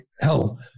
hell